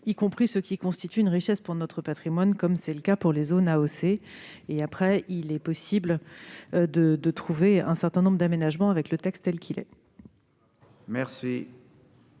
y compris ceux qui constituent une richesse pour notre patrimoine, comme c'est le cas des zones AOC. Il est possible de concevoir un certain nombre d'aménagements avec le texte tel qu'il est rédigé.